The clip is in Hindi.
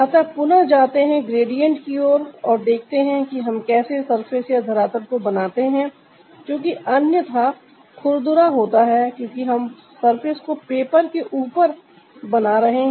अतः पुनः जाते है ग्रेडिएंट की ओर और देखते हैं कि हम कैसे सरफेस या धरातल को बनाते हैं जो कि अन्यथा खुरदुरा होता है क्योंकि हम सर्फेस को पेपर के ऊपर बना रहे हैं